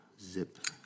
Zip